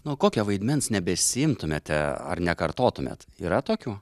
nu o kokio vaidmens nebesiimtumėte ar nekartotumėt yra tokių